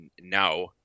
now